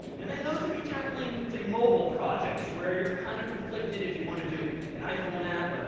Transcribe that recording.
and then those of you tackling, say, mobile projects, where you're kind of conflicted if you want to do an iphone app,